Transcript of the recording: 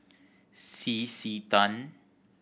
C C Tan